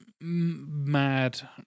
mad